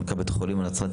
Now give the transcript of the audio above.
מנכ"ל בית החולים הנצרתי,